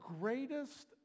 greatest